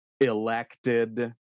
elected